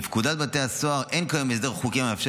בפקודת בתי הסוהר אין כיום הסדר חוקי המאפשר